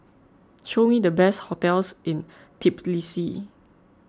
show me the best hotels in Tbilisi